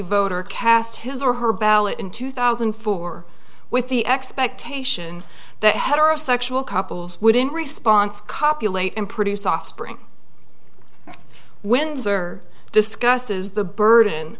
voter cast his or her ballot in two thousand and four with the expectation that heterosexual couples would in response copulate and produce offspring windsor discusses the burden